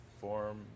form